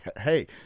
Hey